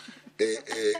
בעיקר בפריפריה,